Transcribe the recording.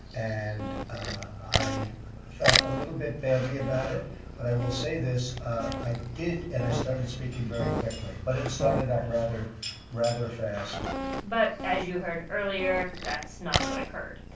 and i felt a little bit badly about it. but i will say this i did and i started speaking very quickly. but it started up rather rather fast but, as you heard earlier, that's not what occurred.